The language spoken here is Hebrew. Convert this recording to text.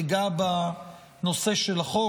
אגע בנושא של החוק.